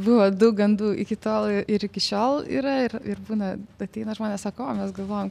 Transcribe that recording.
buvo daug gandų iki tol ir iki šiol yra ir ir būna ateina žmonės sako o mes galvojam